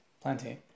plenty